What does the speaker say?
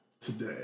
today